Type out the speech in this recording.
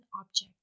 object